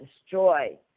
destroy